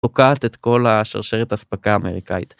תוקעת את כל שרשרת האספקה האמריקאית.